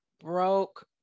broke